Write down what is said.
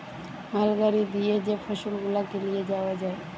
মাল গাড়ি দিয়ে যে ফসল গুলাকে লিয়ে যাওয়া হয়